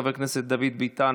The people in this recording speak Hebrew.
חבר הכנסת דוד ביטן,